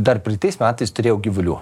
dar praeitais metais turėjau gyvulių